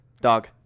dog